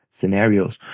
scenarios